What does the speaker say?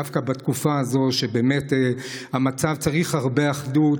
דווקא בתקופה הזאת שבאמת המצב מצריך הרבה אחדות: